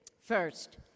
First